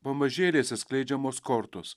pamažėliais atskleidžiamos kortos